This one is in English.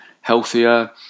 healthier